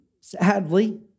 sadly